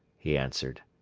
he answered.